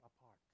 apart